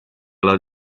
lat